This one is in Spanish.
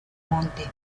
monte